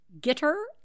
getter